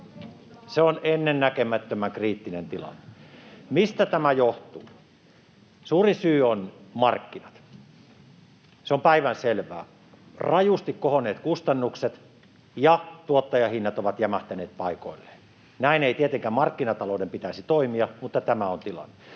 Se on ennennäkemättömän kriittinen tilanne. Mistä tämä johtuu? Suurin syy ovat markkinat, se on päivänselvää. Kustannukset ovat kohonneet rajusti, ja tuottajahinnat ovat jämähtäneet paikoilleen. Näin ei tietenkään markkinatalouden pitäisi toimia, mutta tämä on tilanne.